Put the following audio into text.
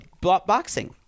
boxing